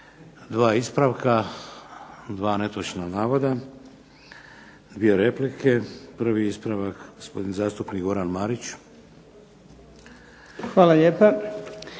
Dva ispravka, dva netočna navoda, dvije replike. Prvi ispravak gospodin zastupnik Goran Marić. **Marić,